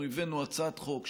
אנחנו הבאנו הצעת חוק שבאמת,